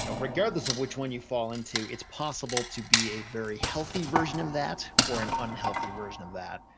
you know regardless of which one you fall into, it's possible to be a very healthy version of that, or an unhealthy version of that.